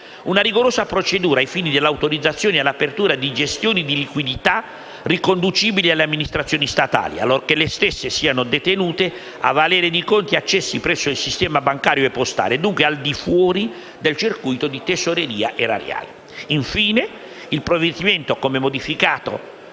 una rigorosa procedura ai fini dell'autorizzazione all'apertura di gestioni di liquidità riconducibili alle amministrazioni statali, allorché le stesse siano detenute a valere di conti accesi presso il sistema bancario e postale, e dunque al di fuori del circuito di tesoreria erariale. Infine, il provvedimento, come modificato